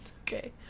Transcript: Okay